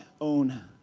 own